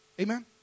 Amen